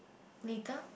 later